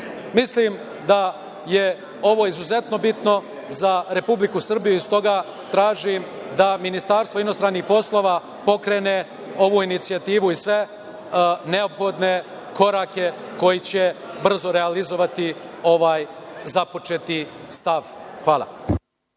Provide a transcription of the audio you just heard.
svetu. Mislim da je ovo izuzetno bitno za Republiku Srbiju i stoga tražim da Ministarstvo inostranih poslova pokrene ovu inicijativu i sve neophodne korake koji će brzo realizovati ovaj započeti stav. Hvala.